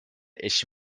eşi